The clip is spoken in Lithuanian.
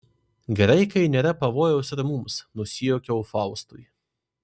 gerai kai nėra pavojaus ir mums nusijuokiau faustui